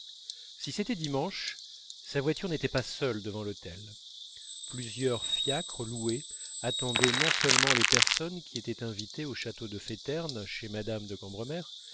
si c'était dimanche sa voiture n'était pas seule devant l'hôtel plusieurs fiacres loués attendaient non seulement les personnes qui étaient invitées au château de féterne chez mme de cambremer